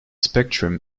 spectrum